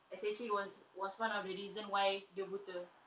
it's actually it was was one of the reason why dia buta